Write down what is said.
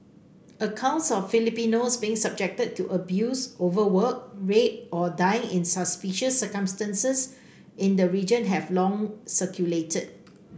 accounts of Filipinos being subjected to abuse overwork rape or dying in suspicious circumstances in the region have long circulated